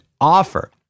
offer